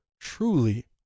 truly